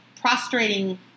prostrating